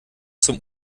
zum